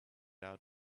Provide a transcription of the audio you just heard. out